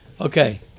Okay